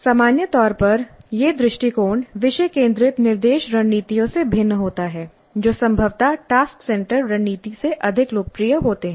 सामान्य तौर पर यह दृष्टिकोण विषय केंद्रित निर्देश रणनीतियों से भिन्न होता है जो संभवतः टास्क सेंटर्ड रणनीति से अधिक लोकप्रिय होते हैं